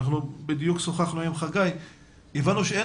בדיוק שוחחנו על כך עם חגי והבנו שאין